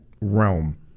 realm